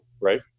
right